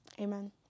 amen